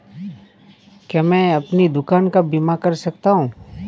क्या मैं अपनी दुकान का बीमा कर सकता हूँ?